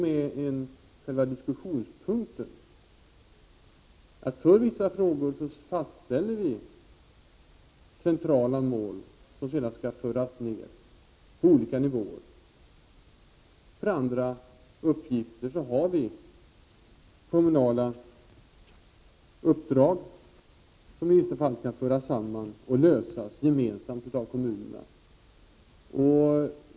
Där ligger själva diskussionspunkten. För vissa frågor fastställer vi centrala mål, som sedan skall föras ned på olika nivåer. För andra uppgifter har vi kommunala uppdrag, som i vissa fall kan föras samman och lösas gemensamt av kommunerna.